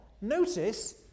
notice